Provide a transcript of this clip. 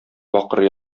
бакыр